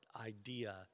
idea